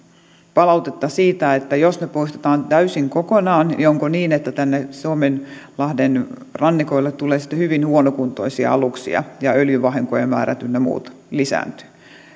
palautetta siitä että jos ne poistetaan täysin kokonaan niin onko niin että tänne suomenlahden rannikoille tulee sitten hyvin huonokuntoisia aluksia ja öljyvahinkojen määrät ynnä muut lisääntyvät